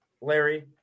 Larry